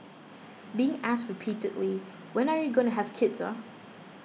being asked repeatedly when are you going to have kids ah